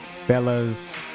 Fellas